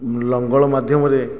ଲଙ୍ଗଳ ମାଧ୍ୟମରେ